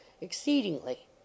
exceedingly